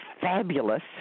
fabulous